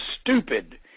stupid